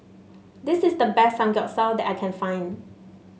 this is the best Samgyeopsal that I can find